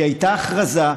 כי הייתה הכרזה,